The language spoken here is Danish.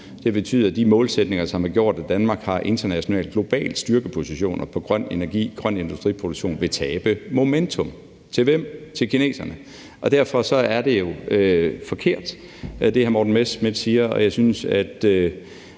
vil betyde, at de målsætninger, som har gjort, at Danmark har internationale globale styrkepositioner på grøn energi og grøn industriproduktion, vil tabe momentum. Til hvem? Til kineserne, og derfor er det jo forkert, hvad hr. Morten Messerschmidt siger. Og jeg synes, at